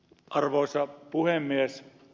arvoisa puhemies